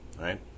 right